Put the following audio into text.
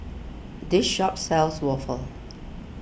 this shop sells Waffle